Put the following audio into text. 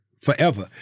forever